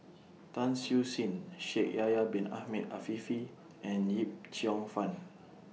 Tan Siew Sin Shaikh Yahya Bin Ahmed Afifi and Yip Cheong Fun